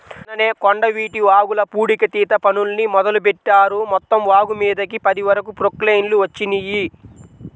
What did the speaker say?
నిన్ననే కొండవీటి వాగుల పూడికతీత పనుల్ని మొదలుబెట్టారు, మొత్తం వాగుమీదకి పది వరకు ప్రొక్లైన్లు వచ్చినియ్యి